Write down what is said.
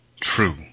True